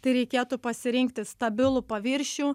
tai reikėtų pasirinkti stabilų paviršių